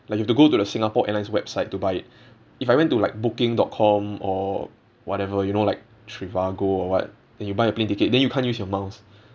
like you have to go to the singapore airlines website to buy it if I went to like booking dot com or whatever you know like trivago or what then you buy a plane ticket then you can't use your miles